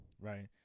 Right